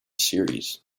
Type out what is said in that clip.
series